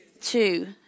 Two